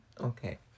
Okay